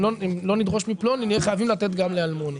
אם לא נדרוש מפלוני נהיה חייבים לתת גם לאלמוני.